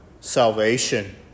Salvation